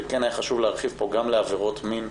וכן היה חשוב להרחיב פה גם לעבירת מין,